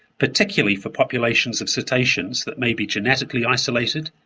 particularly for populations of cetaceans that may be genetically isolated,